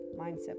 mindset